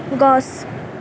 গছ